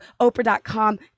Oprah.com